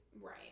Right